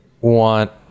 want